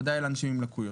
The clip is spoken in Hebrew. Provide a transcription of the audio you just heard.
ובוודאי לאנשים עם לקויות.